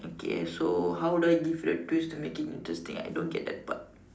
okay so how would I give you a twist to make it interesting I don't get that part